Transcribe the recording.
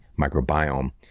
microbiome